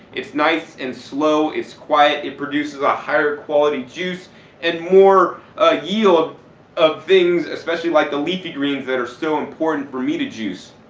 it's nice and slow, it's quiet, it produces a higher quality juice and more ah yield of things, especially like the leafy greens that are so important for me to juice.